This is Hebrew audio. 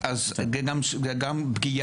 אני רוצה לקבל מכל